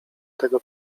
tego